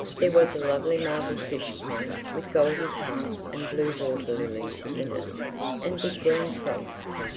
there was a lovely marble fish-pond with golden carp and blue water-lilies in it and big green frogs.